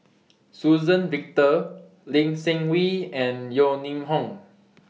Suzann Victor Lee Seng Wee and Yeo Ning Hong